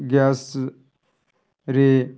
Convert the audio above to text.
gas ରେ